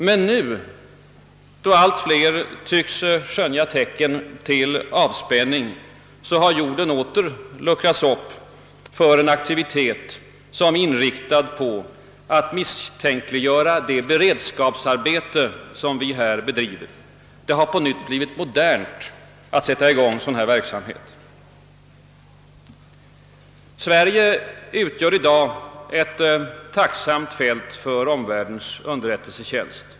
Men nu, när allt fler tycks skönja tecken till avspänning, har jorden åter luckrats upp för en aktivitet som är inriktad på att misstänkliggöra det beredskapsarbete som bedrivs. Det har på nytt blivit modernt att sätta i gång sådan här verksamhet. Sverige utgör i dag ett tacksamt fält för omvärldens underrättelsetjänst.